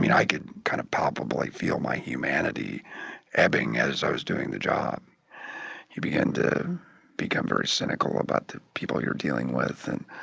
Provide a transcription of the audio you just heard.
mean, i could kind of palpably feel my humanity ebbing as i was doing the job you begin to become very cynical about the people you're dealing with and